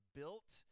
built